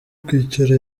kwicara